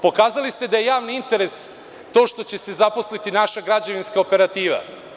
Pokazali ste da je javni interes to što će se zaposliti naša građevinska operativa.